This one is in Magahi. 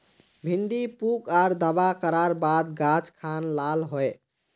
भिन्डी पुक आर दावा करार बात गाज खान लाल होए?